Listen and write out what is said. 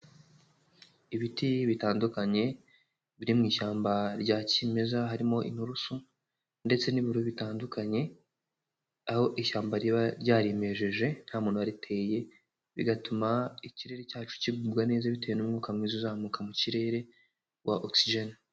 Ibiti bitandukanye biri mu ishyamba rya kimeza harimo inturusu, ndetse n'ibihuru bitandukanye, aho ishyamba riba ryarimejeje nta muntu wariteye, bigatuma ikirere cyacu kigubwa neza bitewe n'umwuka mwiza uzamuka mu kirere wa ogisijeni.